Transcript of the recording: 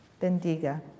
bendiga